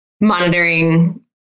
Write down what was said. monitoring